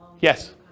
Yes